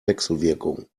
wechselwirkung